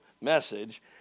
Message